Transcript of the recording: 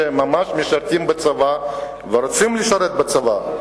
שממש משרתים בצבא ורוצים לשרת בצבא.